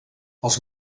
els